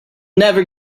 never